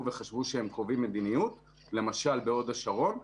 וחשבו שהם קובעים מדיניות למשל בהוד השרון,